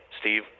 steve